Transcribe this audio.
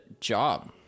job